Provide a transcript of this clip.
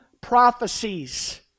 prophecies